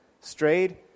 strayed